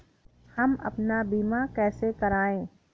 हम अपना बीमा कैसे कराए?